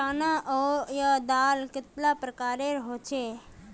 चना या दाल कतेला प्रकारेर होचे?